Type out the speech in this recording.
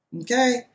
Okay